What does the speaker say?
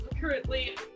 currently